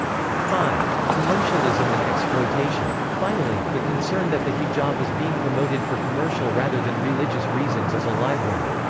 five. commercialism and exploitation. finally, the concern that the hijab is being promoted for commercial rather than religious reasons is a live one.